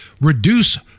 reduce